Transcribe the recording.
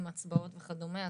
עם הצבעות וכדומה.